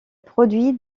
produit